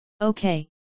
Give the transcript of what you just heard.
Okay